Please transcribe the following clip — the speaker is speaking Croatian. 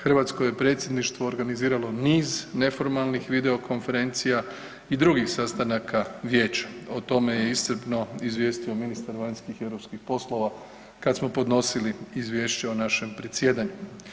Hrvatsko je predsjedništvo organiziralo niz neformalnih video konferencija i drugih sastanaka vijeća, o tome je iscrpno izvijestio ministar vanjskih i europskih poslova kad smo podnosili izvješće o našem predsjedanju.